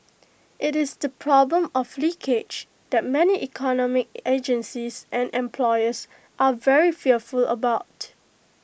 IT is the problem of leakage that many economic agencies and employers are very fearful about